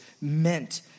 meant